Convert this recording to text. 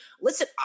listen